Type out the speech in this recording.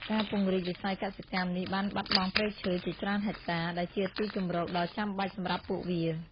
ការពង្រីកវិស័យកសិកម្មនេះបានបាត់បង់ព្រៃឈើជាច្រើនហិកតា ដែលជាទីជម្រកដ៏ចាំបាច់សម្រាប់ពួកវា។